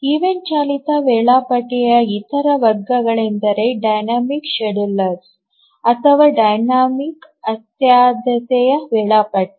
event ಚಾಲಿತ ವೇಳಾಪಟ್ಟಿಯಇತರ ವರ್ಗವೆಂದರೆ ಡೈನಾಮಿಕ್ ಶೆಡ್ಯೂಲರ್ ಅಥವಾ ಡೈನಾಮಿಕ್ ಆದ್ಯತೆಯ ವೇಳಾಪಟ್ಟಿ